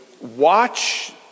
watch